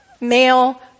male